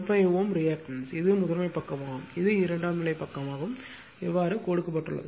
15 Ω reactance இது முதன்மை பக்கமாகும் இது இரண்டாம் நிலை பக்கமாகும்கொடுக்கப்பட்டுள்ளது